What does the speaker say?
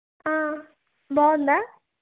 బాగుందా